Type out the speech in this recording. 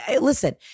listen